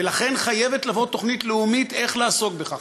ולכן חייבת לבוא תוכנית לאומית איך לעסוק בכך.